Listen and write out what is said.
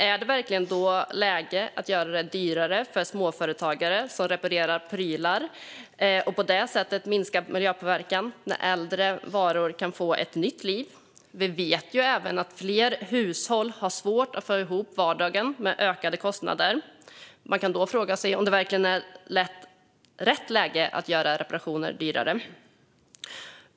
Är det verkligen läge att göra det dyrare för småföretagare som reparerar prylar och därigenom minskar miljöpåverkan när äldre varor kan få ett nytt liv? Vi vet även att fler hushåll har svårt att få ihop vardagen med ökade kostnader. Man kan då fråga sig om det verkligen är rätt läge att göra reparationer dyrare.